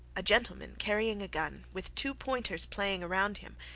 a gentleman carrying a gun, with two pointers playing round him,